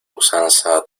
usanza